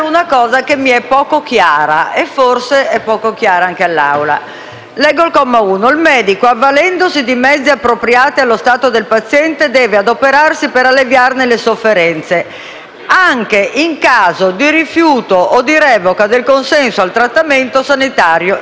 1 stabilisce che «Il medico, avvalendosi di mezzi appropriati allo stato del paziente, deve adoperarsi per alleviarne le sofferenze, anche in caso di rifiuto o di revoca del consenso al trattamento sanitario indicato dal medico».